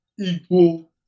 equal